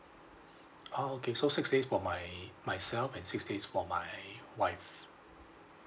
oh okay so six days for my myself and six days for my wife